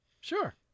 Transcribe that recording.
Sure